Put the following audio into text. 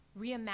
reimagine